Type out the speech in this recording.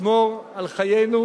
לשמור על חיינו,